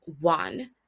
one